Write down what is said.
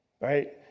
Right